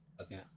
Okay